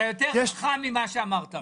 אתה יותר חכם ממה שאמרת.